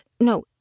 No